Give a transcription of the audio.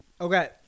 Okay